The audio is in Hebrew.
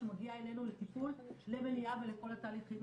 שמגיעה אלינו לטיפול למניעה ולכל התהליכים.